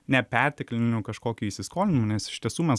ne perteklinių kažkokių įsiskolinimų nes iš tiesų mes